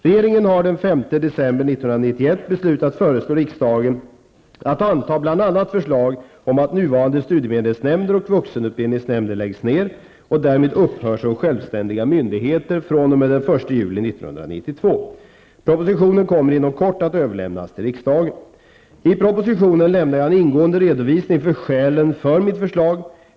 Regeringen har den 5 december 1991 beslutat föreslå riksdagen att anta bl.a. förslag om att nuvarande studiemedelsnämnder och vuxenutbildningsnämnder läggs ned och därmed upphör som självständiga myndigheter fr.o.m. den 1 juli 1992 . Propositionen kommer inom kort att överlämnas till riksdagen. I propositionen lämnar jag en ingående redovisning för skälen för mitt förslag.